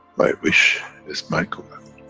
my wish is my command.